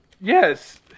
yes